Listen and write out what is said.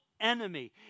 enemy